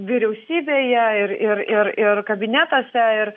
vyriausybėje ir ir ir ir kabinetuose ir